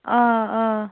آ آ